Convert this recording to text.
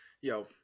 Yo